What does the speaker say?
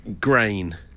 Grain